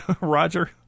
Roger